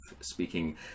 speaking